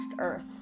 earth